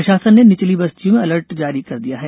प्रशासन ने निचली बस्तियो में अलर्ट जारी कर दिया है